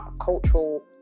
cultural